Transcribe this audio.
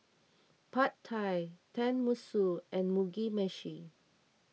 Pad Thai Tenmusu and Mugi Meshi